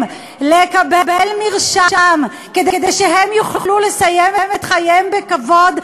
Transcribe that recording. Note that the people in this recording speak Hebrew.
לקבל מרשם כדי שהם יוכלו לסיים את חייהם בכבוד,